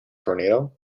tornado